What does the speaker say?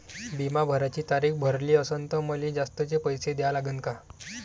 बिमा भराची तारीख भरली असनं त मले जास्तचे पैसे द्या लागन का?